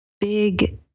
big